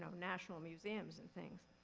so national museums and things.